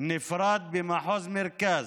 נפרד במחוז מרכז,